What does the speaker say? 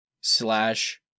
slash